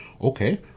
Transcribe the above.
Okay